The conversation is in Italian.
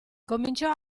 cominciò